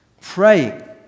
praying